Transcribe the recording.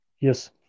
Yes